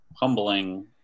humbling